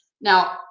Now